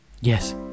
Yes